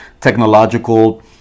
technological